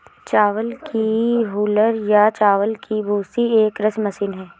चावल की हूलर या चावल की भूसी एक कृषि मशीन है